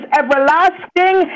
everlasting